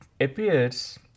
appears